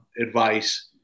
advice